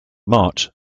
march